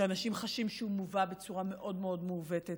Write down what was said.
שאנשים חשים שהוא מובא בצורה מאוד מאוד מעוותת.